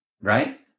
right